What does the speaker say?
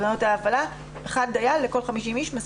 בתקנות ההפעלה, דייל אחד לכל 50 אנשים.